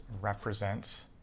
represent